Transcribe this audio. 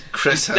Chris